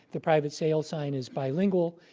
the private sale sign is bilingual.